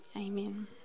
Amen